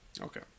okay